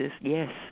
yes